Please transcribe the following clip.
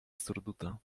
surduta